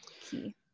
key